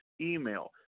email –